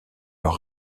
leur